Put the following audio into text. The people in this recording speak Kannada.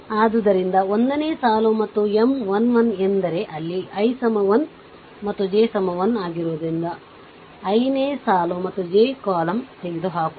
ಆದ್ದರಿಂದ i ನೇ ಸಾಲು ಮತ್ತು M 1 1 ಎಂದರೆ ಇಲ್ಲಿ i1 ಮತ್ತು j 1 ಆಗಿರುವುದರಿಂದ i ನೇ ಸಾಲು ಮತ್ತು j ಕಾಲಮ್ ತೆಗೆದುಹಾಕುವ